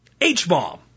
H-bomb